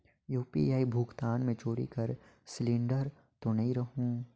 UPI भुगतान मे चोरी कर सिलिंडर तो नइ रहु?